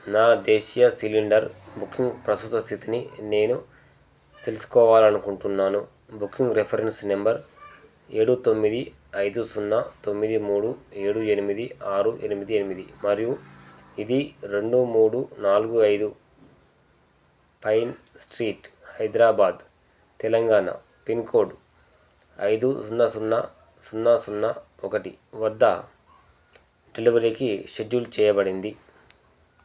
నా దేశీయ cylinder booking ప్రస్తుత స్థితిని నేను తెలుసుకోవాలనుకుంటున్నాను బుకింగ్ రిఫరెన్స్ నెంబర్ ఏడు తొమ్మిది ఐదు సున్నా తొమ్మిది మూడు ఏడు ఎనిమిది ఆరు ఎనిమిది ఎనిమిది మరియు ఇది రెండు మూడు నాలుగు ఐదు pine street Hyderabad Telangana pin code ఐదు సున్నా సున్నా సున్నా సున్నా ఒకటి వద్ద డెలివరీకి షెడ్యూల్ చేయబడింది